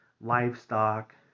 livestock